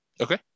Okay